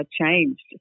changed